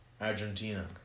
Argentina